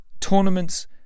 Tournaments